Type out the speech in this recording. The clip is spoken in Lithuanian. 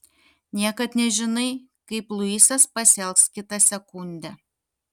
niekad nežinai kaip luisas pasielgs kitą sekundę